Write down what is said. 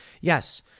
Yes